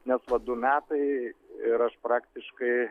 nes va du metai ir aš praktiškai